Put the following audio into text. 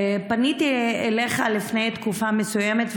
פניתי אליך לפני תקופה מסוימת,